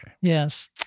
Yes